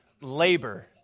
labor